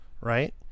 right